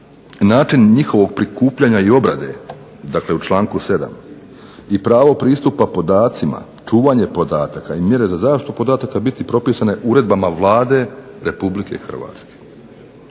način njihovog prikupljanja i obrade, dakle u članku 7. i pravo pristupa podacima, čuvanje podataka i mjere za zaštitu podataka biti propisane uredbama Vlade Republike Hrvatske.